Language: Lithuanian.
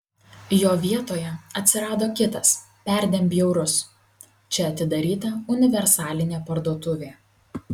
jo vietoje atsirado kitas perdėm bjaurus čia atidaryta universalinė parduotuvė